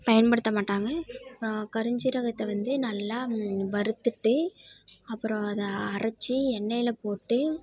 பயன்படுத்த மாட்டாங்கள் அப்புறம் கருஞ்சீரகத்தை வந்து நல்லா வறுத்துட்டு அப்புறம் அதை அரைச்சி எண்ணெய்ல போட்டு